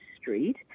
Street